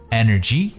energy